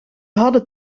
hadden